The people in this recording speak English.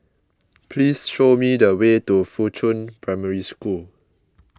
please show me the way to Fuchun Primary School